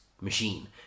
machine